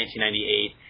1998